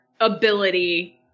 ability